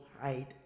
hide